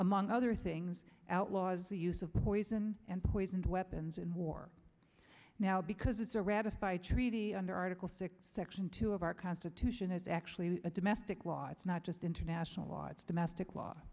among other things outlaws the use of poison and poisoned weapons in war now because it's a ratify treaty under article six section two of our constitution is actually a domestic law it's not just international law it's domestic law